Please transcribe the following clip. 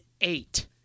eight